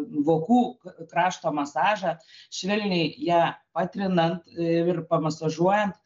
vokų krašto masažą švelniai ją patrinant ir pamasažuojant